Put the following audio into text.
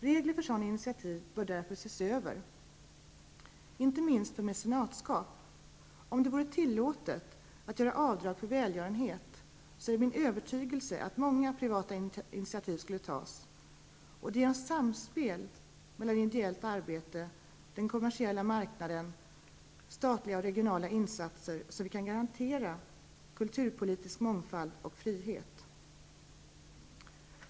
Regler för sådana initiativ bör därför ses över, inte minst för mecenatskap. Om det vore tillåtet att göra avdrag för välgörenhet är jag övertygad om att många privata initiativ skulle tas. Det är genom samspel mellan ideellt arbete, den kommersiella marknaden och statliga eller regionala insatser som vi kan garantera kulturpolitisk mångfald och frihet.